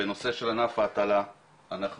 בנושא של ענף ההטלה אנחנו